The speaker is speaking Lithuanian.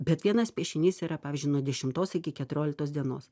bet vienas piešinys yra pavyzdžiui nuo dešimtos iki keturioliktos dienos